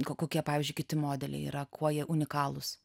kokie pavyzdžiui kiti modeliai yra kuo jie unikalūs